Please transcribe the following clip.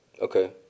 Okay